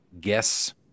guess